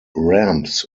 ramps